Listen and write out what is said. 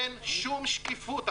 אין שום שקיפות.